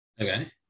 Okay